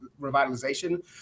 Revitalization